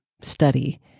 study